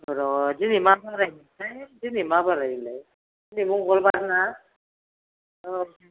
र' दिनै मा बारायमोनथाय दिनै मा बारायमोनलाय दिनै मंगलबार ना औ